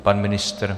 Pan ministr?